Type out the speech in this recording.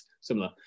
similar